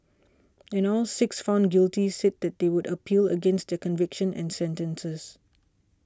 and all six found guilty said that they would appeal against their convictions and sentences